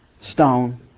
stone